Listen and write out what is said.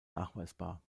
nachweisbar